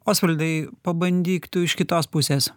osvaldai pabandyk tu iš kitos pusės